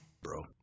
bro